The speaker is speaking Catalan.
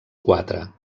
quatre